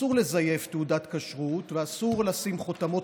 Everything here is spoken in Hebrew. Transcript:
ואסור לזייף תעודת כשרות ואסור לשים חותמות